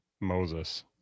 Moses